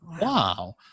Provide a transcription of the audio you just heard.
wow